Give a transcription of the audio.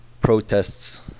protests